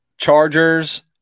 Chargers